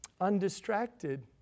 undistracted